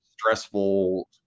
stressful